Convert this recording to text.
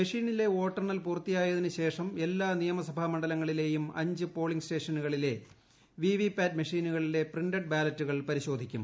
മെഷീനിലെ വോട്ടെണ്ണൽ പൂർത്തിയായതിന് ശേഷം എല്ലാ നിയമസഭാ മണ്ഡലത്തിലെയും അഞ്ച് പോളിംഗ് സ്റ്റേഷനുകളിലെ വിവിപാറ്റ് മെഷീനുകളിലെ പ്രിന്റഡ് ബാലറ്റുകൾ പരിശോധിക്കും